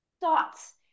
thoughts